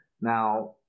Now